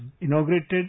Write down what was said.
inaugurated